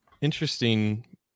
interesting